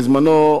בזמנו,